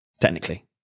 technically